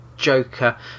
joker